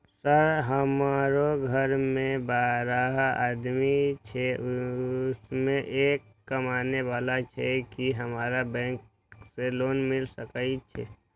Sir हमरो घर में बारह आदमी छे उसमें एक कमाने वाला छे की हमरा बैंक से लोन मिल सके छे?